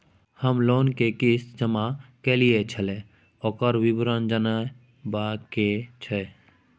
हम लोन के किस्त जमा कैलियै छलौं, ओकर विवरण जनबा के छै?